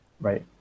right